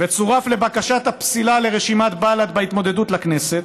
וצורף לבקשת הפסילה של רשימת בל"ד בהתמודדות לכנסת.